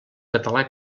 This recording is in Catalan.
català